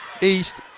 East